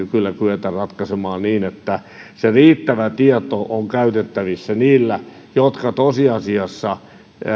kyllä kyetä ratkaisemaan niin että riittävä tieto on käytettävissä niillä jotka tosiasiassa